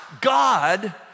God